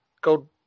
go